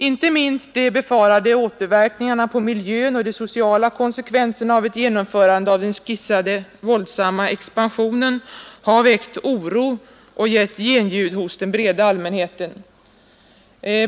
Inte minst de befarade återverkningarna på miljön och de sociala konsekvenserna av ett genomförande av den skissade våldsamma expansionen har väckt oro och gett genljud hos den breda allmänheten.